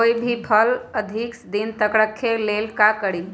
कोई भी फल के अधिक दिन तक रखे के ले ल का करी?